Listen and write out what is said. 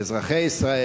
לאזרחי ישראל.